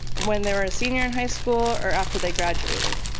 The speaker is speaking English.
when they were a senior in high school or after they graduated?